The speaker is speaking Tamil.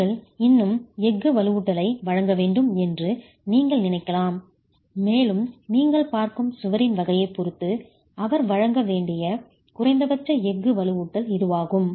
நீங்கள் இன்னும் எஃகு வலுவூட்டலை வழங்க வேண்டும் என்று நீங்கள் நினைக்கலாம் மேலும் நீங்கள் பார்க்கும் சுவரின் வகையைப் பொறுத்து அவர் வழங்க வேண்டிய குறைந்தபட்ச எஃகு வலுவூட்டல் இதுவாகும்